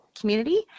community